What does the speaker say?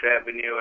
Avenue